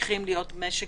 ממשיכים להיות משק